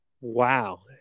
Wow